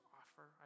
offer